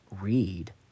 read